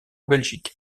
belgique